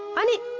money